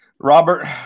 Robert